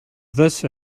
this